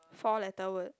four letter word